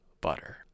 butter